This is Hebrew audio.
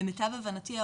למיטב הבנתי,